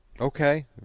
Okay